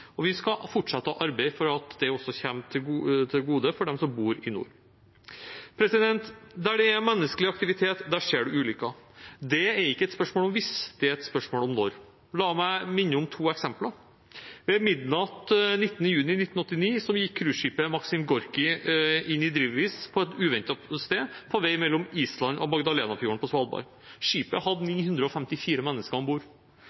og vi skal fortsette å arbeide for at det også kommer dem som bor i nord, til gode. Der det er menneskelig aktivitet, skjer det ulykker. Det er ikke et spørsmål om hvis, det er et spørsmål om når. La meg minne om to eksempler: Ved midnatt 19. juni 1989 gikk cruiseskipet «Maksim Gorkiy» inn i drivis på et uventet sted på vei mellom Island og Magdalenefjorden på Svalbard. Skipet hadde 954 mennesker om bord.